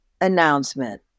announcement